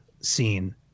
scene